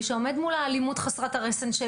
מי שעומד מול האלימות חסרת הרסן של